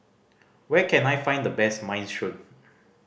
where can I find the best Minestrone